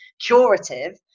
curative